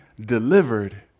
delivered